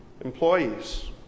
employees